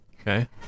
Okay